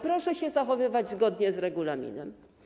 Proszę się zachowywać zgodnie z regulaminem.